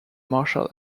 marshall